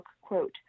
quote